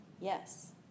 yes